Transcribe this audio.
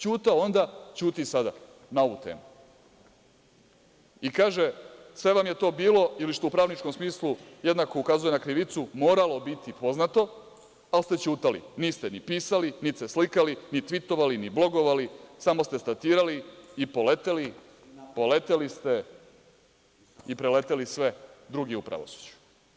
Ćutao onda, ćuti i sada na ovu temu i kaže – sve vam je to bilo ili što u pravničkom smislu jednako ukazuje na krivicu moralo biti poznato, ali ste ćutali, niste ni pisali, niti se slikali, ni tvitovali, ni blogovali, samo ste statirali i poleteli, poleteli ste i preleteli sve druge u pravosuđu.